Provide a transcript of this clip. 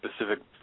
specific